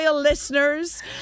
listeners